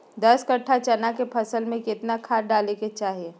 दस कट्ठा चना के फसल में कितना खाद डालें के चाहि?